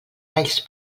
talls